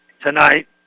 tonight